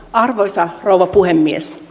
arvoisa rouva puhemies